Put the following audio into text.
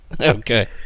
Okay